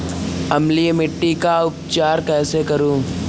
अम्लीय मिट्टी का उपचार कैसे करूँ?